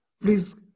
Please